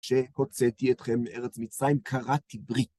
כשהוצאתי אתכם מארץ מצרים, קרתי ברית